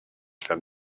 from